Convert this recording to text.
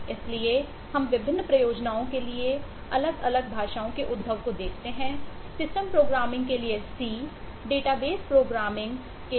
इसलिए हम विभिन्न प्रयोजनों के लिए अलग अलग भाषाओं के उद्भव को देखते हैं सिस्टम प्रोग्रामिंग आदि